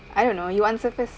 I don't know you answer first